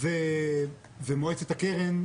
הקרן ומועצת הקרן,